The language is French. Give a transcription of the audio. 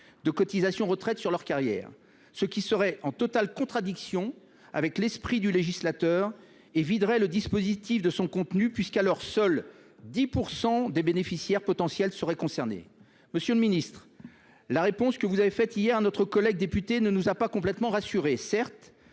de cotisations de retraite sur leur carrière. Cette décision serait en totale contradiction avec l’esprit du législateur et viderait le dispositif de son contenu, car seuls 10 % des bénéficiaires potentiels seraient alors concernés. Monsieur le ministre, la réponse que vous avez faite hier à notre collègue députée ne nous a pas complètement rassurés. Certes,